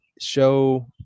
show